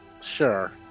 sure